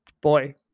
boy